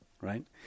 right